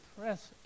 press